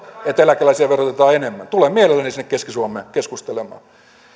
että eläkeläisiä verotetaan enemmän tulen mielelläni sinne keski suomeen keskustelemaan